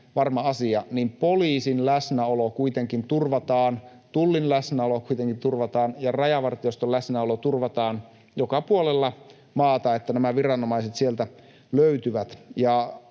niin poliisin läsnäolo kuitenkin turvataan, Tullin läsnäolo kuitenkin turvataan ja Rajavartioston läsnäolo turvataan joka puolella maata, niin että nämä viranomaiset sieltä löytyvät.